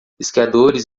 esquiadores